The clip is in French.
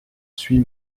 suis